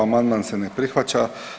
Amandman se ne prihvaća.